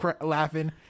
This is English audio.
laughing